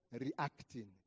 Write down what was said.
reacting